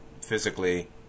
Physically